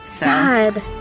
God